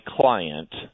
client